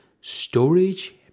storage